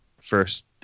first